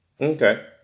Okay